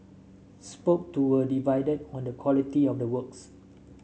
spoke to were divided on the quality of the works